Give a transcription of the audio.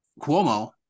Cuomo